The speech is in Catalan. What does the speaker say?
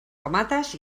tomates